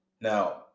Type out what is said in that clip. Now